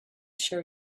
share